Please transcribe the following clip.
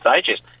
stages